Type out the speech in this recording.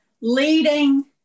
leading